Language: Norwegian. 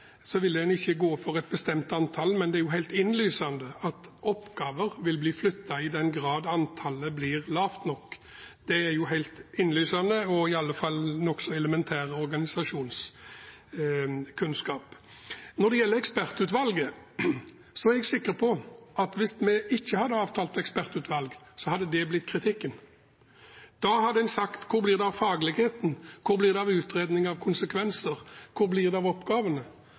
så jeg etterlyser begeistringen som måtte ligge i det. Dessuten vil en ikke gå inn for et bestemt antall, men det er helt innlysende at oppgaver vil bli flyttet i den grad antallet blir lavt nok. Det er helt innlysende og i alle fall nokså elementær organisasjonskunnskap. Når det gjelder ekspertutvalget, er jeg sikker på at hvis vi ikke hadde avtalt å ha ekspertutvalg, hadde det blitt kritikken. Da hadde man sagt: Hvor blir det av fagligheten, hvor blir det av utredning av konsekvenser, og hvor blir det av oppgavene?